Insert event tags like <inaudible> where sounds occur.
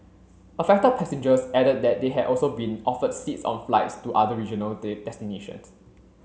affected passengers added that they had also been offered seats on flights to other regional <unintelligible> destinations